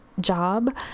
job